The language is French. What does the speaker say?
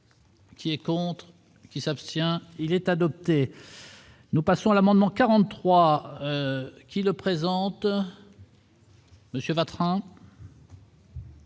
qui est contre. Qui s'abstient, il est adopté. Nous passons à l'amendement 43 qui le présente. Monsieur voteront.